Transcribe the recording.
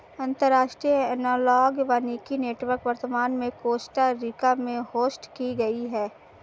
अंतर्राष्ट्रीय एनालॉग वानिकी नेटवर्क वर्तमान में कोस्टा रिका में होस्ट की गयी है